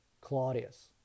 Claudius